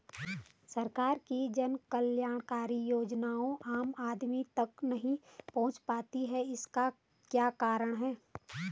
सरकार की जन कल्याणकारी योजनाएँ आम आदमी तक नहीं पहुंच पाती हैं इसका क्या कारण है?